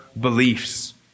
beliefs